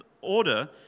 order